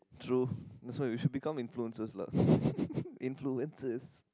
true so you should become influencers lah influencers